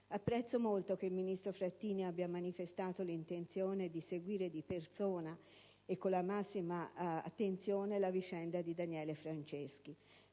Apprezzo molto che il ministro Frattini abbia manifestato l'intenzione di seguire di persona e con la massima attenzione la vicenda di Daniele Franceschi.